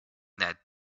that